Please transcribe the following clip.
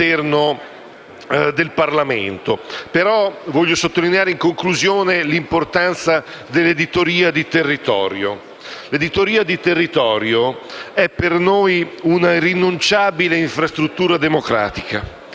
dell'editoria di territorio, che è per noi una irrinunciabile infrastruttura democratica,